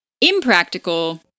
Impractical